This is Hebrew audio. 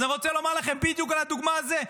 אז אני רוצה לומר לכם בדיוק על הדוגמה הזאת: